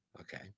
Okay